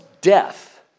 death